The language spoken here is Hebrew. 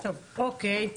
אוקיי,